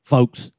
Folks